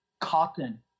cotton